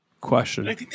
question